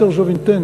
Letters of Intent,